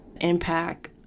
impact